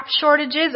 shortages